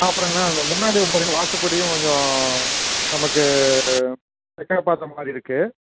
அப்புறங்க அந்த முன்னாடி வாசப்படியும் கொஞ்சம் நமக்கு தெக்கில பார்த்தமாரி இருக்கு